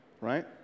right